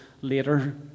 later